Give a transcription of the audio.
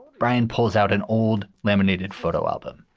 brian pulls out an old laminated photo album